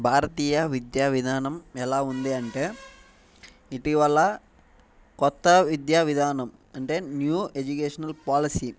భారతీయ విద్యావిధానం ఎలా ఉంది అంటే ఇటీవల కొత్త విద్యావిధానం అంటే న్యూ ఎడ్యుకేషనల్ పాలసీ